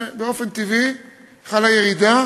באופן טבעי חלה ירידה